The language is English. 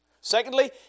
Secondly